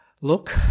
Look